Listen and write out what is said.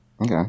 Okay